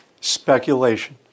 speculation